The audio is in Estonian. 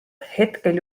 hetkel